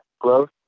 growth